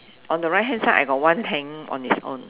on the right hand side I got one hanging on its own